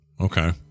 okay